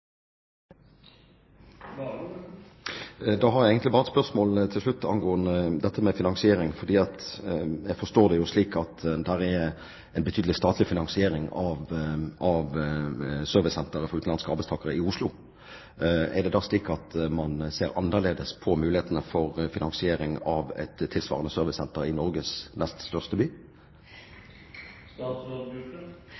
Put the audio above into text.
Da har jeg egentlig bare et spørsmål til slutt, angående dette med finansiering, for jeg forstår det slik at det er en betydelig statlig finansiering av servicesenteret for utenlandske arbeidstakere i Oslo. Er det slik at man ser annerledes på mulighetene for finansiering av et tilsvarende